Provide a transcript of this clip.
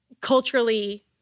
culturally—